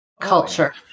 culture